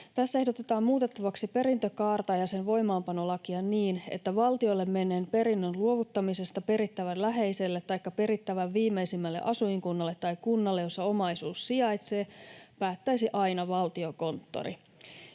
Tässä ehdotetaan muutettavaksi perintökaarta ja sen voimaanpanolakia niin, että valtiolle menneen perinnön luovuttamisesta perittävän läheiselle taikka perittävän viimeisimmälle asuinkunnalle tai kunnalle, jossa omaisuus sijaitsee, päättäisi aina Valtiokonttori.